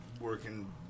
working